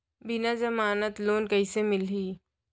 बिना जमानत लोन कइसे मिलही?